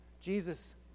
Jesus